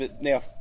Now